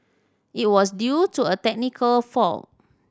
it was due to a technical fault